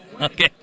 Okay